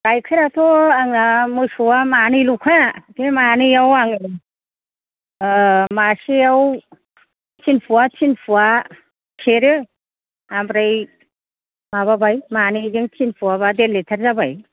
गाइखेराथ' आंना मोसौआ मानैल'खा बे मानैयाव आं मासेयाव थिन पुवा थिन पुवा सेरो ओमफ्राय माबाबाय मानैजों थिन पुवाबा देर लिटार जाबाय